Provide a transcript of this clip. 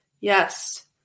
Yes